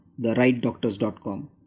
therightdoctors.com